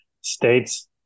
states